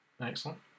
Excellent